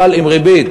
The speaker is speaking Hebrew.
אבל עם ריבית,